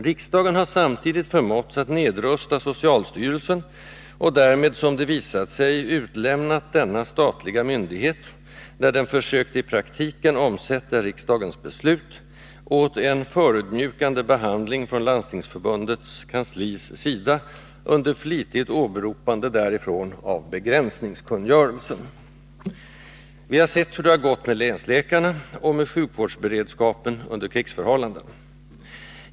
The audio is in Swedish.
Riksdagen har samtidigt förmåtts att nedrusta socialstyrelsen och därmed, som det visat sig, utlämnat denna statliga myndighet — när den försökt i praktiken omsätta riksdagens beslut — åt en förödmjukande behandling från Landstingsförbundets kanslis sida, under flitigt åberopande därifrån av ”begränsningskungörelsen”. Vi har sett hur det har gått med länsläkarna och med sjukvårdsberedskapen för krigsförhållanden.